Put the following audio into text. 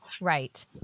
Right